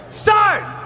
start